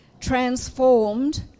transformed